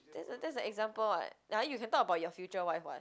that's the that's the example [what] ah you can talk about your future wife [what]